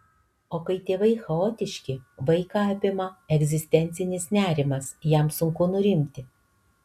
o kai tėvai chaotiški vaiką apima egzistencinis nerimas jam sunku nurimti